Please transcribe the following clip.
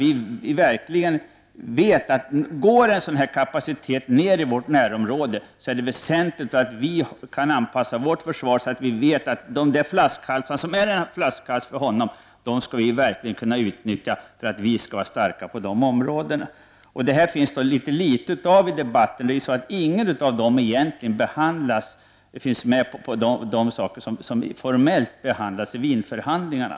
Om kapaciteten i något sådant här avseende går ned i vårt närområde, är det väsentligt att vi kan anpassa vårt försvar, så att vi kan utnyttja motsidans flaskhalsar och upprätthålla vår styrka på de områden som det gäller. Det förekommer ganska litet av detta i debatten. Inga av dessa frågor finns med bland dem som formellt behandlas i Wienförhandlingarna.